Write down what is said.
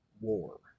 war